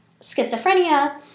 schizophrenia